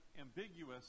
ambiguous